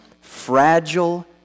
fragile